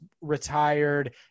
retired